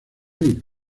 huir